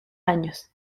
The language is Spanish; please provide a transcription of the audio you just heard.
años